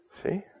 See